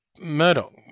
Murdoch